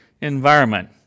environment